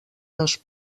dos